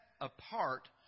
apart